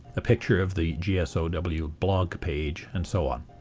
the picture of the gsow blog page, and so on.